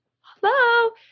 hello